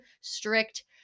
strict